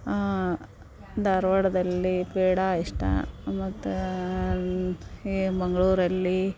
ಧಾರ್ವಾಡದಲ್ಲಿ ಪೇಡಾ ಇಷ್ಟ ಮತ್ತು ಈ ಮಂಗಳೂರಲ್ಲಿ